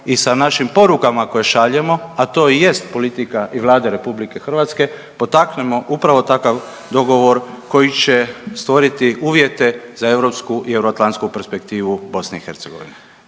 i sa našim porukama koje šaljemo, a to i jest politika i Vlade RH potaknemo upravo takav dogovor koji će stvoriti uvjete za europsku i euroatlantsku perspektivu BiH. **Reiner,